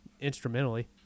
instrumentally